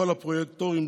כל הפרויקטורים